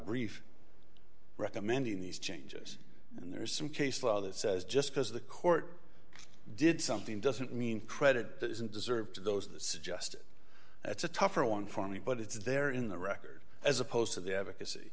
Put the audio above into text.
brief recommending these changes and there is some case law that says just because the court did something doesn't mean credit isn't deserved to those of the suggest that's a tougher one for me but it's there in the record as opposed to the advocacy